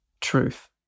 truth